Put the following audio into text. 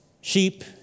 sheep